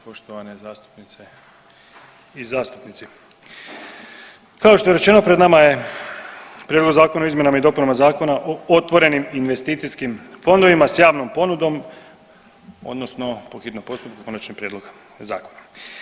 Poštovana zastupnice i zastupnici, kao što je rečeno pred nama je Prijedlog Zakona o izmjenama i dopunama Zakona o otvorenim investicijskim fondovima s javnom ponudom odnosno po hitnom postupku konačni prijedlog zakona.